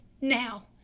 now